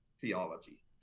theology